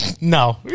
No